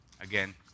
Again